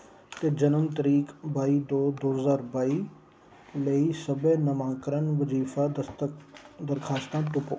ते जन्म तरीक बाई दो दो ज्हार बाई लेई सब्भै नमांकरण बजीफा दस्तखत दरखास्तां तुप्पो